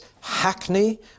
Hackney